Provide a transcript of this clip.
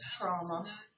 trauma